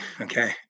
okay